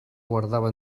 guardava